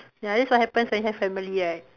ya that's what happens when you have family right